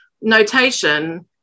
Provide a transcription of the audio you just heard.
notation